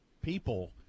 people